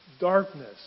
Darkness